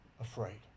afraid